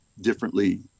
differently